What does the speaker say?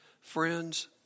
Friends